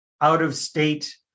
out-of-state